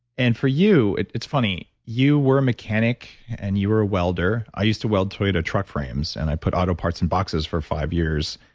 and for you, it's funny, you were a mechanic and you were a welder. i used to weld toyota truck frames and i put auto parts in boxes for five years